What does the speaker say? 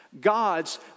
God's